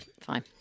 fine